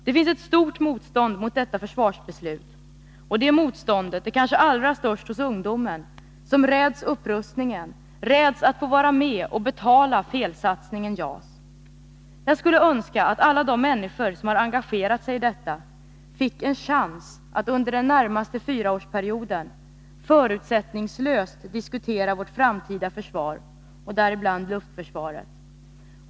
Det finns ett stort motstånd mot detta försvarsbeslut, och det motståndet är kanske allra störst hos ungdomen, som räds upprustningen och räds att få vara med och betala felsatsningen på JAS. Jag skulle önska att alla de människor som har engagerat sig i detta fick en chans att under den närmaste fyraårsperioden förutsättningslöst diskutera vårt framtida försvar, däribland luftförsvaret.